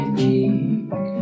cheek